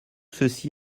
ceci